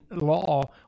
law